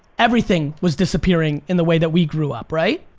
everything was disappearing in the way that we grew up, right?